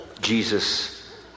Jesus